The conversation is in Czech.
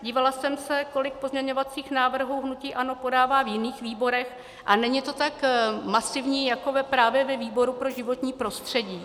Dívala jsem se, kolik pozměňovacích návrhů hnutí ANO podává v jiných výborech, a není to tak masivní jako právě ve výboru pro životní prostředí.